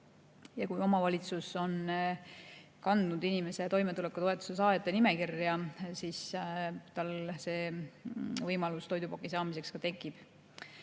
Ja kui omavalitsus on kandnud inimese toimetulekutoetuse saajate nimekirja, siis tal see võimalus toidupakki saada ka tekib.